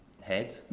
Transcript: head